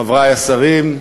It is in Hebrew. חברי השרים,